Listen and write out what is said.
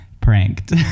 pranked